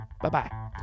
Bye-bye